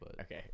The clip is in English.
Okay